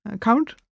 count